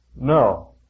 No